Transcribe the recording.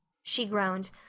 she groaned.